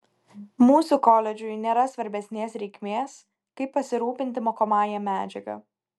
mūsų koledžui nėra svarbesnės reikmės kaip pasirūpinti mokomąja medžiaga